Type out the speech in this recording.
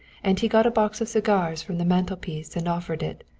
and he got a box of cigars from the mantelpiece and offered it.